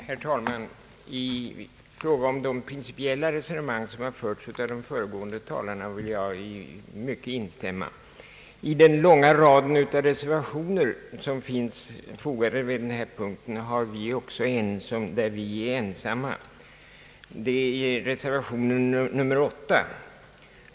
Herr talman! I fråga om de principiella resonemang som har förts av de föregående talarna vill jag instämma i mycket. I den långa rad av reservationer som är fogade till denna punkt är vi från moderata samlingspartiet ensamma om en, reservationen nr 8.